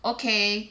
okay